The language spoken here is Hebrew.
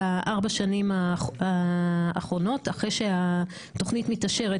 ארבע השנים האחרונות אחרי שהתוכנית מתאשרת,